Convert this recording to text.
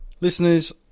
Listeners